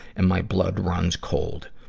and my blood runs cold.